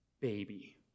baby